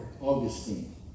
Augustine